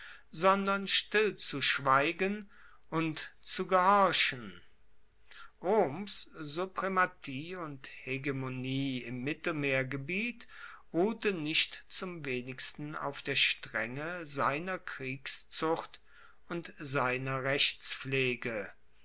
sondern stillzuschweigen und zu gehorchen roms suprematie und hegemonie im mittelmeergebiet ruhte nicht zum wenigsten auf der strenge seiner kriegszucht und seiner rechtspflege